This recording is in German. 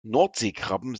nordseekrabben